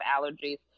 allergies